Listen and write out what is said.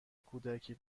کودکانی